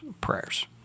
prayers